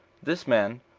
this man,